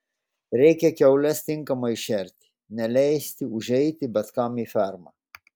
reikia kiaules tinkamai šerti neleisti užeiti bet kam į fermą